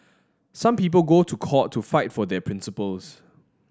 some people go to court to fight for their principles